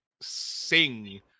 sing